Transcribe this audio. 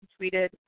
tweeted